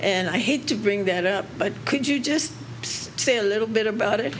and i hate to bring that up but could you just say a little bit about it